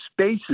spaces